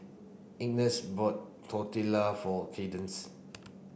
Ines bought Tortilla for Kadence